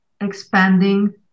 expanding